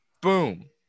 boom